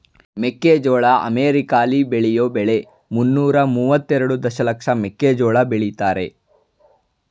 ಮೆಕ್ಕೆಜೋಳ ಅಮೆರಿಕಾಲಿ ಬೆಳೆಯೋ ಬೆಳೆ ಮುನ್ನೂರ ಮುವತ್ತೆರೆಡು ದಶಲಕ್ಷ ಮೆಕ್ಕೆಜೋಳ ಬೆಳಿತಾರೆ